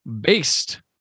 based